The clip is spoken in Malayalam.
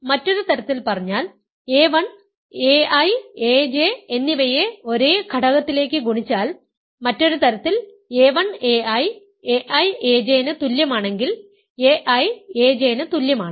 അതിനാൽ മറ്റൊരു തരത്തിൽ പറഞ്ഞാൽ a1 ai aj എന്നിവയെ ഒരേ ഘടകത്തിലേക്ക് ഗുണിച്ചാൽ മറ്റൊരു തരത്തിൽ a1 ai ai aj ന് തുല്യമാണെങ്കിൽ ai aj ന് തുല്യമാണ്